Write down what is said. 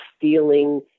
feeling